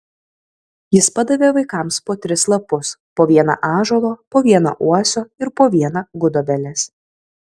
jis padavė vaikams po tris lapus po vieną ąžuolo po vieną uosio ir po vieną gudobelės